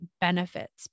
benefits